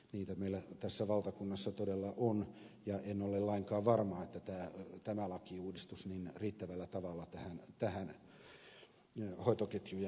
niitä meillä tässä valtakunnassa todella on ja en ole lainkaan varma että tämä lakiuudistus riittävällä tavalla tähän hoitoketjujen ongelmaan tuo tulosta